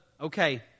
okay